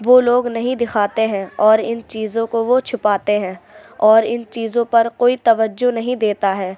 وہ لوگ نہیں دکھاتے ہیں اور ان چیزوں کو وہ چھپاتے ہیں اور ان چیزوں پر کوئی توجہ نہیں دیتا ہے